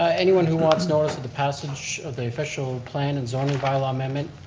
ah anyone who wants notice of the passage of the official plan and zoning by law amendment,